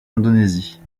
indonésie